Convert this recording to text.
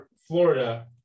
Florida